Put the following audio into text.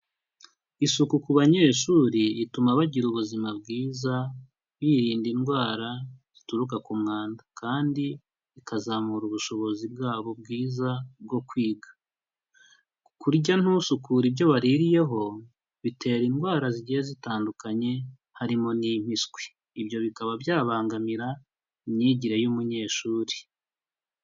Isuku ku banyeshuri ituma bagira ubuzima bwiza, birinda indwara zituruka ku mwanda, kandi bikazamura ubushobozi bwabo bwiza bwo kwiga, kurya ntusukure ibyo waririyeho bitera indwara zigiye zitandukanye harimo n'impiswi, ibyo bikaba byabangamira imyigire y'umunyeshuri.